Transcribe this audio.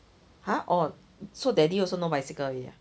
!huh! orh so daddy also no bicycle already ah